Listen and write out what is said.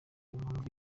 impamvu